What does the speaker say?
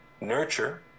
nurture